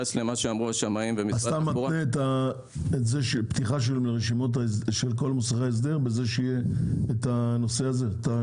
אתה מתנה את הפתיחה של כל מוסכי ההסדר בזה שיהיה המחירון?